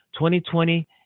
2020